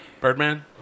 Birdman